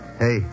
Hey